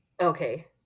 okay